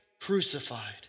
crucified